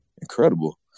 incredible